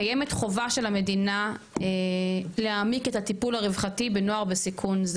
קיימת חובה של המדינה להעמיק את הטיפול הרווחתי בנוער בסיכון,